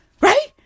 Right